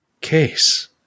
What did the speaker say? case